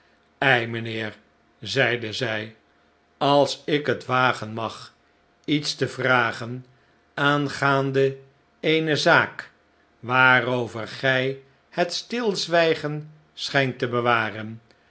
ei mijnheer zeide zij als ik het wagen mag iets te vragen aangaande eene zaak waarover gij het stilzwljgen schijnt te bewaren